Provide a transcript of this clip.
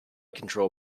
control